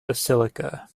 basilica